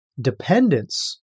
dependence